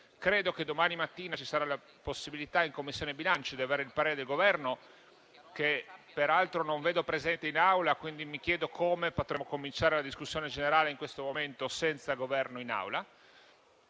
Credo che domani mattina ci sarà la possibilità in Commissione bilancio di avere il parere del Governo, che peraltro non vedo presente in Aula e, quindi, mi chiedo come potremmo cominciare la discussione generale in questo momento senza il Governo in Aula.